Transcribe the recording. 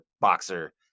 boxer